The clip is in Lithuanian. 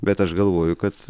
bet aš galvoju kad